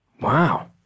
Wow